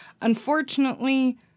Unfortunately